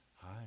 Hi